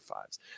fives